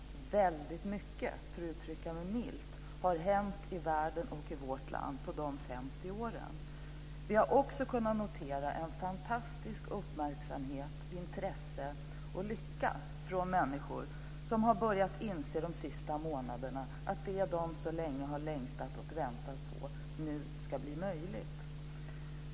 För att uttrycka det milt har det hänt väldigt mycket i världen och i vårt land under de 50 åren. Vi har också kunnat notera en fantastisk uppmärksamhet liksom även intresse och lycka från människor som de senaste månaderna har börjat inse att det som de så länge har längtat efter och väntat på nu ska bli möjligt.